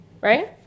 right